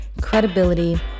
credibility